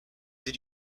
did